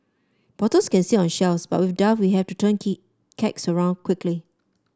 bottles can sit on shelves but with we have to turn key kegs around quickly